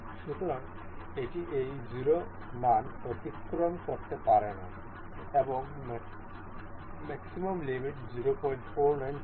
সুতরাং এটি এই 0 মান অতিক্রম করতে পারে না এবং ম্যাক্সিমাম লিমিট 049 ছিল